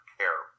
care